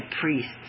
priests